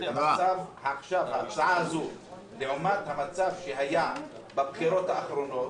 בין המצב לפי ההצעה הזו לבין המצב שהיה בבחירות האחרונות